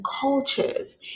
cultures